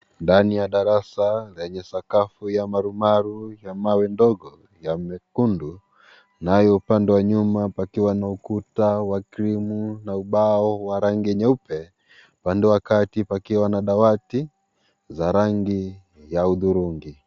Ndani ya darasa lenye sakafu ya marumaru ya mawe ndogo ya mekundu nayo upande wa nyuma pakiwa na ukuta wa cream na ubao wa rangi nyeupe upande wa kati pakiwa na dawati za rangi ya hudhurungi.